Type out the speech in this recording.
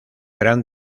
gran